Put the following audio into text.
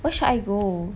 where should I go